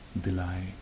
delight